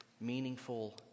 meaningful